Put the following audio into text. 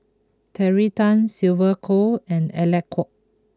Terry Tan Sylvia Kho and Alec Kuok